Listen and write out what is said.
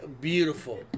beautiful